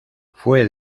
fue